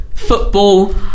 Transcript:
football